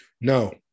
No